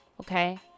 okay